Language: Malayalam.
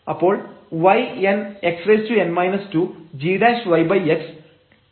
അപ്പോൾ yn xn 2gyx ∂z∂y